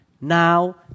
now